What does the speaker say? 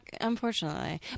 unfortunately